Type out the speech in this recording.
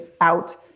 out